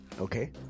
Okay